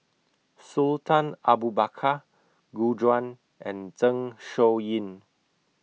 Sultan Abu Bakar Gu Juan and Zeng Shouyin